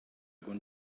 con